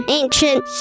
ancient